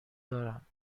دارم